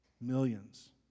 millions